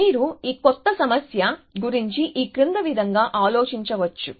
మీరు ఈ కొత్త సమస్య గురించి ఈ క్రింది విధంగా ఆలోచించవచ్చు